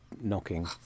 knocking